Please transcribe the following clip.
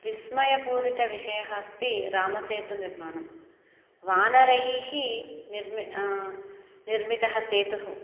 विस्मयपूरित विषयः अस्ति रामसेतुनिर्माणं वानरैः निर्मितः निर्मितः सेतुः